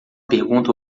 pergunta